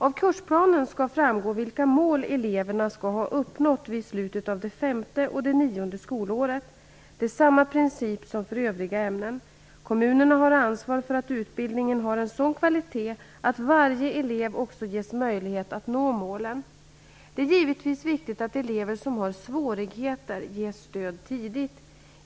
Av kursplanen skall framgå vilka mål eleverna skall ha uppnått vid slutet av det femte och det nionde skolåret. Det är samma princip som för övriga ämnen. Kommunerna har ansvar för att utbildningen har en sådan kvalitet att varje elev också ges möjlighet att nå målen. Det är givetvis viktigt att elever som har svårigheter ges stöd tidigt.